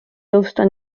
tõusta